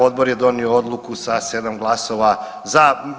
Odbor je donio odluku sa 7 glasova za.